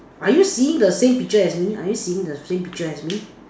are you seeing the same picture as me are you seeing the same picture as me